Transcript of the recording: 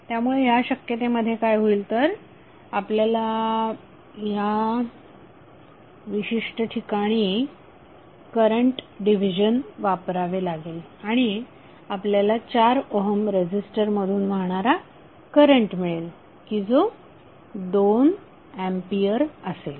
त्यामुळे या शक्यते मध्ये काय होईल तर आपल्याला या विशिष्ट ठिकाणी करंट डिव्हिजन वापरावे लागेल आणि आपल्याला 4 ओहम रेझीस्टर मधून वाहणारा करंट मिळेल की जो 2 अँपियर असेल